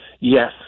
Yes